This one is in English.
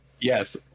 Yes